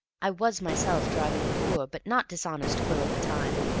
i was myself driving a poor but not dishonest quill at the time,